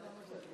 הגזמת.